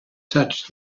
touched